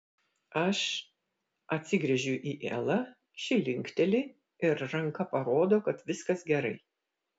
aš atsigręžiu į elą ši linkteli ir ranka parodo kad viskas gerai